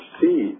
see